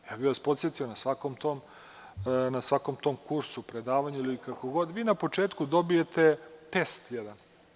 Ja bih vas podsetio, na svakom tom kursu, predavanju, ili kako god, vi na početku dobijete test jedan.